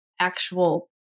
actual